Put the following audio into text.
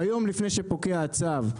ביום לפני שפוקע הצו,